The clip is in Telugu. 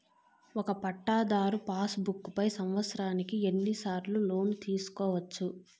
ఒక పట్టాధారు పాస్ బుక్ పై సంవత్సరానికి ఎన్ని సార్లు లోను తీసుకోవచ్చు?